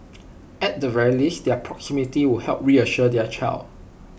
at the very least their proximity would help reassure their child